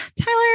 Tyler